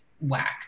whack